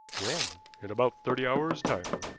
when? in about thirty hours' time.